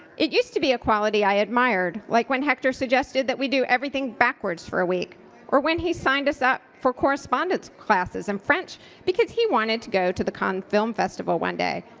it used to be a quality i admired like when hector suggested that we do everything backwards for a week or when he signed us up for correspondence classes in french because he wanted to go to the cannes film festival one day.